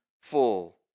full